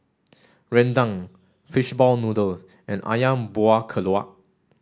Rendang fishball noodle and Ayam Buah Keluak